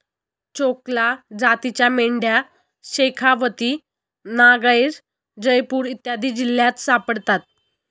चोकला जातीच्या मेंढ्या शेखावती, नागैर, जयपूर इत्यादी जिल्ह्यांत सापडतात